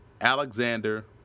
Alexander